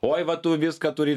oi va tu viską turi